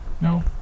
No